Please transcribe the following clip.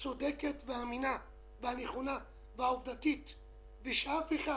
הצודקת והאמינה והנכונה והעובדתית שלנו, ושאף אחד